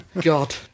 God